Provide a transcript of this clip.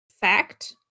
fact